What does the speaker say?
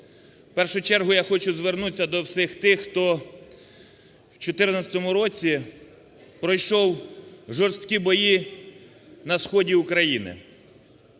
В першу чергу я хочу звернутися до всіх тих, хто в 14-му році пройшов жорсткі бої на сході України.